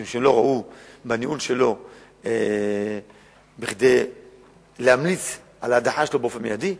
משום שלא ראו בניהול שלהם כדי להמליץ על הדחה באופן מיידי,